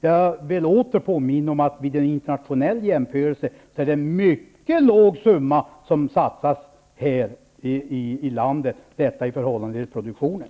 Jag vill åter påminna om att det vid en internationell jämförelse är en mycket låg summa som satsas här i landet i förhållande till produktionen.